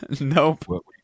nope